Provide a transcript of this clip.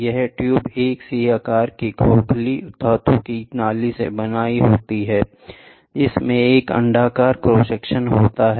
यह ट्यूब एक सी आकार की खोखली धातु की नली से बना होता है जिसमें एक अण्डाकार क्रॉस सेक्शन होता है